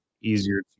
easier